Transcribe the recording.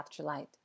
Afterlight